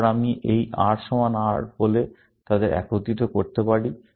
তারপর আমি এই R সমান R বলে তাদের একত্রিত করতে পারি